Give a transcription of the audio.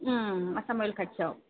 आसाम अइल खाथियाव